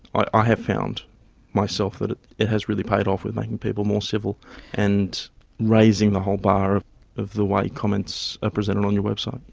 i ah have found myself that it it has really paid off with making people more civil and raising the whole bar of the way comments are presented on your website.